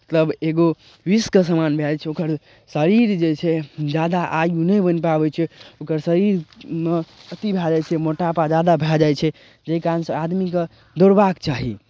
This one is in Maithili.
मतलब एगो विषके समान भए जाइ छै ओकर शरीर जे छै ज्यादा आयु नहि बनि पाबै छै ओकर शरीरमे अथि भए जाइ छै मोटापा ज्यादा भए जाइ छै जाहि कारणसँ आदमीकेँ दौड़बाक चाही